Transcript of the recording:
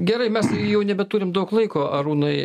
gerai mes jau nebeturim daug laiko arūnai